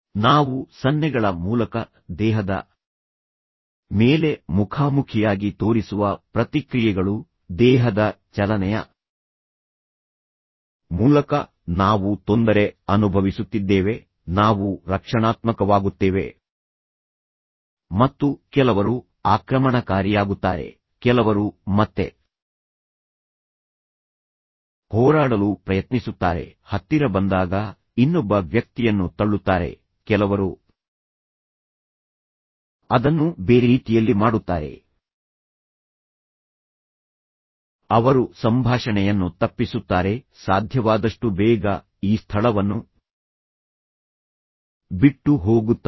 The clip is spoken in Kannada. ನಾವು ಸನ್ನೆಗಳ ಮೂಲಕ ದೇಹದ ಮೇಲೆ ಮುಖಾಮುಖಿಯಾಗಿ ತೋರಿಸುವ ಪ್ರತಿಕ್ರಿಯೆಗಳು ದೇಹದ ಚಲನೆಯ ಮೂಲಕ ನಾವು ತೊಂದರೆ ಅನುಭವಿಸುತ್ತಿದ್ದೇವೆ ನಾವು ರಕ್ಷಣಾತ್ಮಕವಾಗುತ್ತೇವೆ ಮತ್ತು ಕೆಲವರು ಆಕ್ರಮಣಕಾರಿಯಾಗುತ್ತಾರೆ ಕೆಲವರು ಮತ್ತೆ ಹೋರಾಡಲು ಪ್ರಯತ್ನಿಸುತ್ತಾರೆ ಹತ್ತಿರ ಬಂದಾಗ ಇನ್ನೊಬ್ಬ ವ್ಯಕ್ತಿಯನ್ನು ತಳ್ಳುತ್ತಾರೆ ಕೆಲವರು ಅದನ್ನು ಬೇರೆ ರೀತಿಯಲ್ಲಿ ಮಾಡುತ್ತಾರೆ ಅವರು ಸಂಭಾಷಣೆಯನ್ನು ತಪ್ಪಿಸುತ್ತಾರೆ ಸಾಧ್ಯವಾದಷ್ಟು ಬೇಗ ಈ ಸ್ಥಳವನ್ನು ಬಿಟ್ಟು ಹೋಗುತ್ತಾರೆ